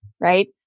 Right